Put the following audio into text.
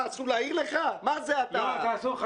מה, אסור להעיר לך?